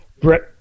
Brett